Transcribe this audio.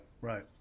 right